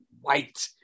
White